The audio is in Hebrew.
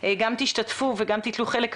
תשתתפו ותיטלו חלק.